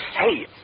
Hey